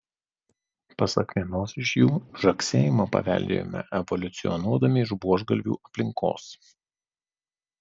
pasak vienos iš jų žagsėjimą paveldėjome evoliucionuodami iš buožgalvių aplinkos